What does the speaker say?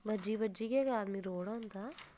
बज्जी बज्जियै गै आदमी रोड़ा होंदा